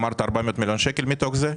אמרת 400 מיליון שקל מתוך זה?